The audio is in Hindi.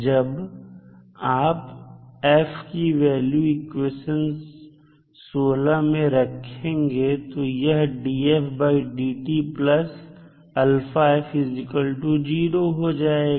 जब आप f की वैल्यू इक्वेशन 16 में रखेंगे तो यह हो जाएगा